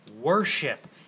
worship